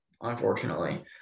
unfortunately